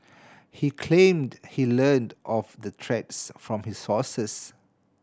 he claimed he learnt of the threats from his sources